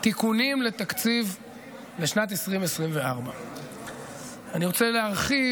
התיקונים לתקציב לשנת 2024. אני רוצה להרחיב